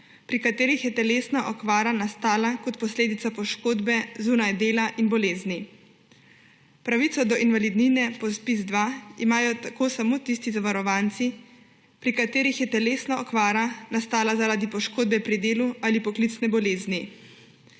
pri katerih je telesna okvara nastala kot posledica poškodbe zunaj dela in bolezni. Pravico do invalidnine po ZPIZ-2 imajo tako samo tisti zavarovanci, pri katerih je telesna okvara nastala zaradi poškodbe pri delu ali poklicne bolezni.